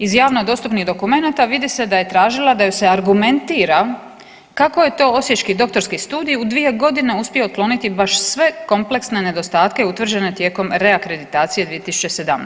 Iz javno dostupnih dokumenata vidi se da je tražila da joj se argumentira kako je to osječki doktorski studij u 2 godine uspio otkloniti baš sve kompleksne nedostatke utvrđene tijekom reakreditacije 2017.